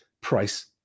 price